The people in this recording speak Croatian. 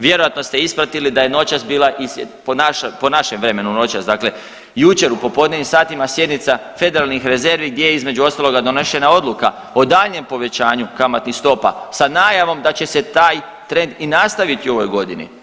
Vjerojatno ste ispratili da je noćas bila, po našem vremenu noćas, dakle jučer u popodnevnim satima sjednica federalnih rezervi gdje je između ostaloga donešena odluka o daljnjem povećanju kamatnih stopa sa najavom da će se taj trend i nastaviti u ovoj godini.